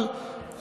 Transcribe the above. אבל גם הוספנו,